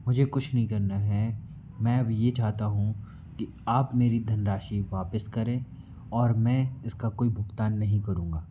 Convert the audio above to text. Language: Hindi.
मुझे कुछ नहीं करना है मैं अब ये चाहता हूँ की आप मेरी धन राशि वापस करें और मैं इसका कोई भुगतान नहीं करूँगा